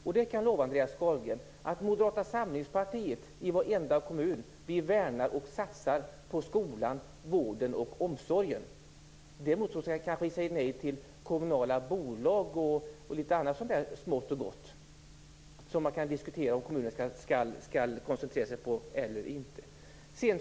Jag kan lova Andreas Carlgren att Moderata samlingspartiet i varenda kommun värnar och satsar på skolan, vården och omsorgen. Däremot kanske vi säger nej till kommunala bolag och litet annat smått och gott, som man kan diskutera om kommunerna skall koncentrera sig på eller inte.